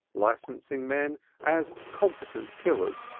licensed men as competent killers,